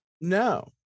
no